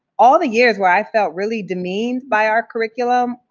all the years where i felt really demeaned by our curriculum,